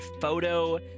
photo